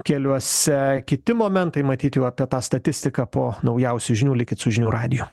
keliuose kiti momentai matyt jau apie tą statistiką po naujausių žinių likit su žinių radiju